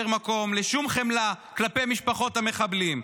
מקום לשום חמלה כלפי משפחות המחבלים.